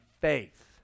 faith